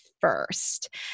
first